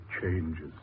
changes